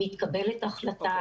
מתקבלת החלטה,